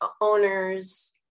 owners